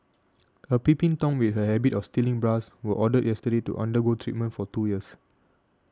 a peeping tom with a habit of stealing bras was ordered yesterday to undergo treatment for two years